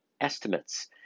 estimates